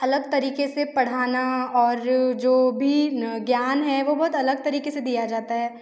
अलग तरीक़े से पढ़ाना और जो भी ज्ञान है वो बहुत अलग तरीक़े से दिया जाता है